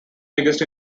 biggest